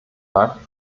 markt